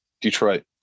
Detroit